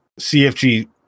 CFG